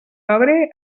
febrer